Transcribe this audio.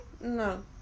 No